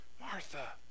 Martha